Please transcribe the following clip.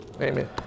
Amen